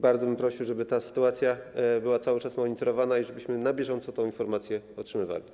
Bardzo bym prosił, żeby ta sytuacja była cały czas monitorowana i żebyśmy na bieżąco tę informację otrzymywali.